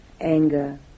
anger